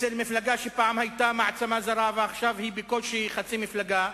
אצל מפלגה שפעם היתה מעצמה זרה ועכשיו היא בקושי חצי מפלגה,